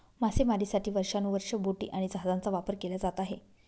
मासेमारीसाठी वर्षानुवर्षे बोटी आणि जहाजांचा वापर केला जात आहे